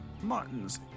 Martin's